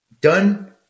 done